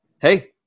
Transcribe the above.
hey